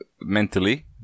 mentally